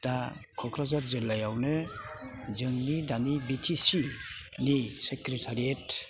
दा क'क्राझार जिल्लायावनो जोंनि दानि बि टि सि नि सेक्रेथारियेट